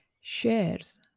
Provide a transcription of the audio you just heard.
shares